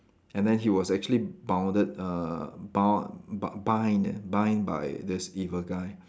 and then he was actually bounded err bound bi~ bind bind by this evil guy